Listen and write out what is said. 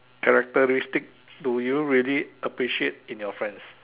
characteristic do you really appreciate in your friends